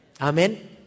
Amen